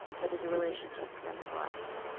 but is a relationship nonetheless.